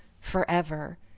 forever